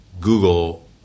Google